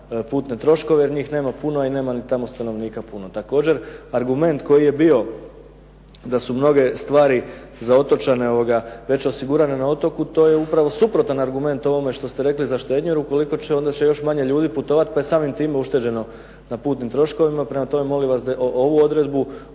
putne troškove, jer njih nema puno i nema ni tamo stanovnika puno. Također argument koji je bio da su mnoge stvari za otočane već osigurane na otoku, to je upravo suprotan argument ovome što ste rekli za štednju, jer ukoliko će onda će još manje ljudi putovati, pa je i samim tim ušteđeno na putnim troškovima. Prema tome, molim vas da ovu odredbu